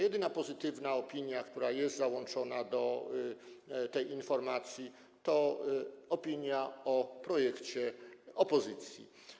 Jedyna pozytywna opinia, która jest załączona do tej informacji, to opinia o projekcie opozycji.